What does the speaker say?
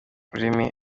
ururimi